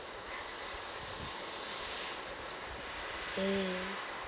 mm